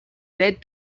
led